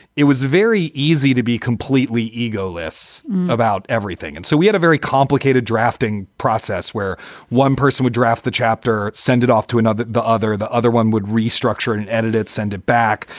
it was very easy to be completely egoless about everything. and so we had a very complicated drafting process where one person would draft the chapter, send it off to another, the other, the other one would restructure and editors send it back.